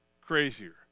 crazier